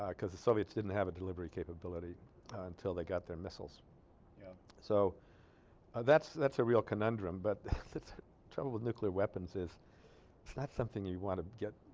because the soviets didn't have a delivery capability until they got their missiles yeah so that's that's a real conundrum but the trouble with nuclear weapons is its not something you want to get.